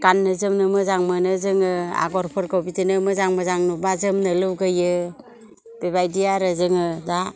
गान्नो जोमनो मोजां मोनो जोङो आगरफोरखौ बिदिनो मोजां मोजां नुबा जोमनो लुगैयो बेबायदि आरो जोङो दा